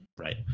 Right